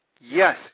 Yes